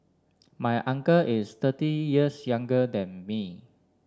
my uncle is thirty years younger than me